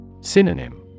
Synonym